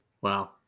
Wow